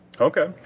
Okay